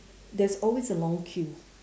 there's always a long queue